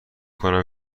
کردم